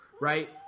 right